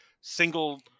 single